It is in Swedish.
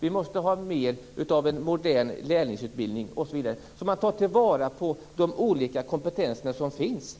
Vi måste ha mer av modern lärlingsutbildning osv., så att man tar till vara de olika kompetenser som finns.